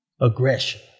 aggression